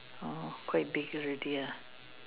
orh quite big already ah